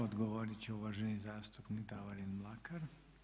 Odgovorit će uvaženi zastupnik Davorin Mlakar.